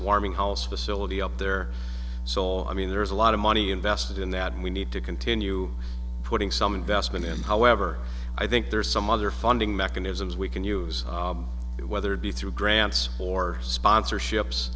warm house facility up their soul i mean there's a lot of money invested in that and we need to continue putting some investment in however i think there are some other funding mechanisms you can use it whether it be through grants or sponsorships